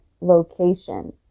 location